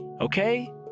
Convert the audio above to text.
okay